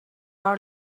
are